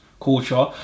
culture